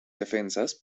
defensas